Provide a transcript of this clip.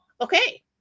okay